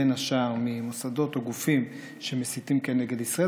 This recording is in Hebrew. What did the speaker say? בין השאר ממוסדות או גופים שמסיתים כנגד ישראל.